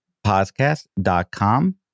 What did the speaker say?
podcast.com